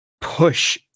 push